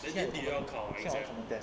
then 又低要考 exam